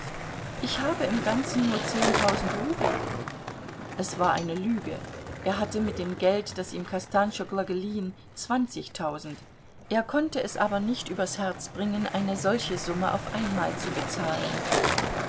ich habe im ganzen nur zehntausend rubel es war eine lüge er hatte mit dem geld das ihm kostanschoglo geliehen zwanzigtausend er konnte es aber nicht übers herz bringen eine solche summe auf einmal zu bezahlen